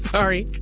Sorry